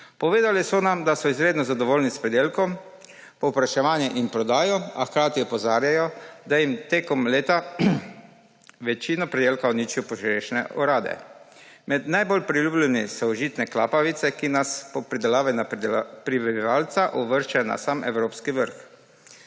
Povedali so nam, da so izredno zadovoljni s pridelkom, povpraševanjem in prodajo, a hkrati opozarjajo, da jim tekom leta večina pridelka uničijo požrešne orade. Med najbolj priljubljenimi so užitne klapavice, ki nas po pridelavi na prebivalca uvrščajo na sam evropski vrh.